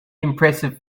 impressive